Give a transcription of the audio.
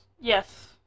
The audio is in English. Yes